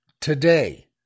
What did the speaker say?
today